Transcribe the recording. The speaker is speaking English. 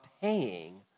paying